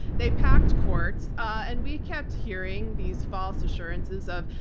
they packed courts, and we kept hearing these false assurances of,